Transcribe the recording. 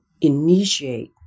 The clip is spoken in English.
initiate